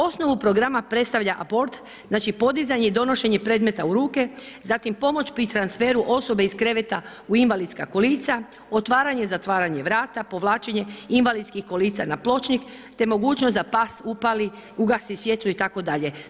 Osnovu programa predstavlja … znači podizanje i donošenje predmeta u ruke, zatim pomoć pri transferu osobe iz kreveta u invalidska kolica, otvaranje i zatvaranje vrata, povlačenje invalidskih kolica na pločnik te mogućnost da pas upali, ugasi svjetlo itd.